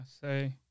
say